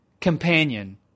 companion